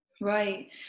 Right